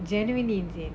genuinely insane